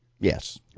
Yes